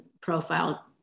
profile